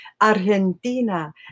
Argentina